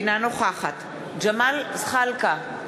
אינה נוכחת ג'מאל זחאלקה,